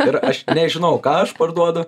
ir aš nežinau ką aš parduodu